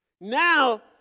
Now